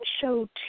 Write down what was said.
show